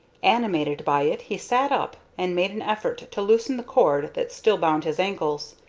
animated by it he sat up and made an effort to loosen the cord that still bound his ankles.